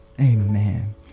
Amen